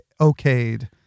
okayed